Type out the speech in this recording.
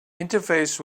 interface